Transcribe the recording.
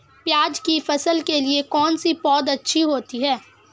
प्याज़ की फसल के लिए कौनसी पौद अच्छी होती है?